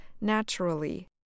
naturally